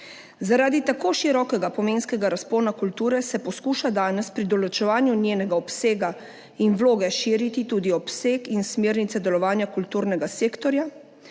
Zaradi tako širokega pomenskega razpona kulture se poskuša danes pri določevanju njenega obsega in vloge širiti tudi obseg in smernice delovanja kulturnega sektorja,